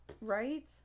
Right